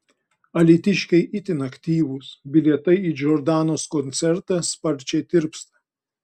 alytiškiai itin aktyvūs bilietai į džordanos koncertą sparčiai tirpsta